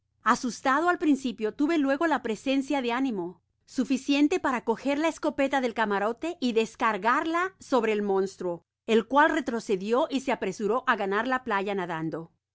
asustado al principio tuve luego la presencia de ánima suficiente para coger la escopeta del camarote y descargarla sobre el monstruo el cual retrocedió y se apresuró á ganar la playa nadando